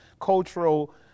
cultural